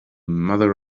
mother